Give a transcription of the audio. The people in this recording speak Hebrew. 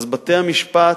בתי-המשפט